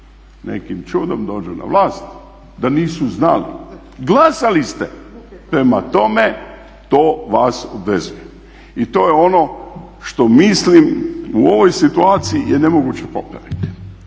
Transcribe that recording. nekim čudom dođu na vlast da nisu znali. Glasali ste, prema tome to vas obvezuje. I to je ono što mislim u ovoj situaciji je nemoguće popraviti.